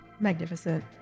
Magnificent